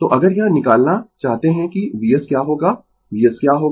तो अगर यह निकालना चाहते है कि Vs क्या होगा Vs क्या होगा